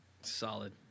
Solid